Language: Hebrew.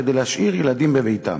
כדי להשאיר ילדים בביתם.